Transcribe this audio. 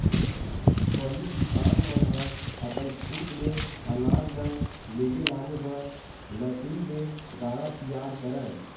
पहिली किसान मन ह अपन खुद ले अनाज ल लेगे लाने बर लकड़ी ले गाड़ा तियार करय